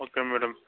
okay madam